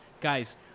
guys